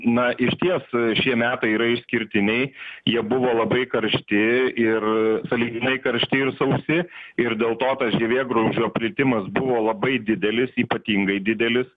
na iš ties šie metai yra išskirtiniai jie buvo labai karšti ir sąlyginai karšti ir sausi ir dėl to tas žievėgraužio plitimas buvo labai didelis ypatingai didelis